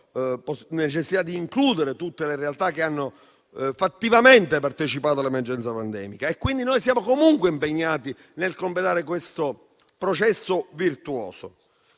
necessità di includere tutte le realtà che hanno fattivamente partecipato all'emergenza pandemica. Pertanto, noi siamo comunque impegnati a completare questo processo virtuoso.